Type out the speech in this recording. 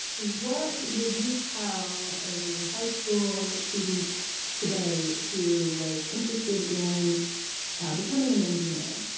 what would you tell a high school student today who was interested in becoming an engineer?